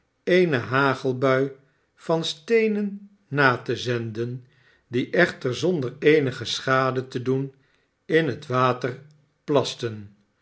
eene hagelbui van steenen na te zenden die echter zonder eenige schade te doen in het water plasten